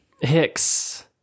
Hicks